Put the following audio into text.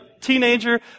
teenager